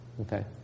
Okay